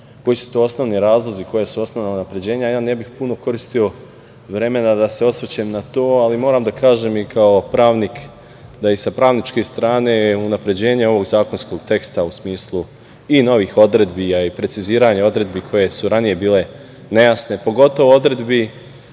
koji su to osnovni razlozi, koja su osnovna ubeđenja, ja ne bih puno koristio vremena da se osvrćem na to, ali moram da kažem i kao pravnik da i sa pravničke strane unapređenje ovog zakonskog teksta, u smislu i novih odredbi, a i preciziranja odredbi koje su ranije bile nejasne, pogotovo odredbi